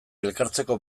elkartzeko